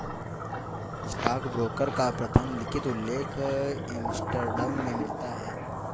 stockbroker का प्रथम लिखित उल्लेख एम्स्टर्डम में मिलता है